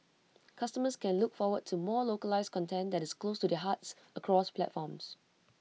customers can look forward to more localised content that is close to their hearts across platforms